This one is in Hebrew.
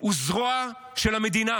הוא זרוע של המדינה,